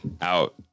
out